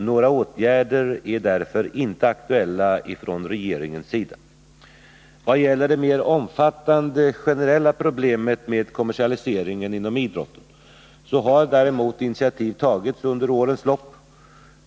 Några åtgärder är därför inte aktuella från regeringens sida. Vad gäller det mer omfattande generella problemet med kommersialiseringen inom idrotten, så har däremot initiativ tagits under årens lopp.